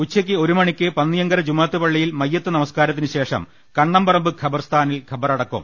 ഉച്ചയ്ക്ക് ഒരുമണിക്ക് പന്നിയങ്കര ജുമുഅത്ത് പള്ളിയിൽ മയ്യിത്ത് നമസ്കാരത്തിന് ശേഷം കണ്ണംപറമ്പ് ഖബർസ്ഥാനിൽ ഖബറടക്കും